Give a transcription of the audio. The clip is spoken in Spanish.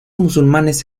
musulmanes